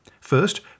First